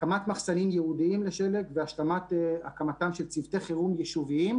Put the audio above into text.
הקמת מחסנים ייעודיים לשלג והשלמת הקמתם של צוותי חירום יישוביים,